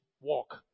walk